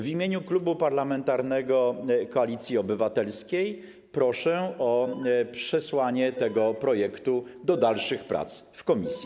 W imieniu Klubu Parlamentarnego Koalicja Obywatelska proszę o przesłanie tego projektu do dalszych prac w komisji.